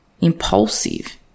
Impulsive